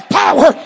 power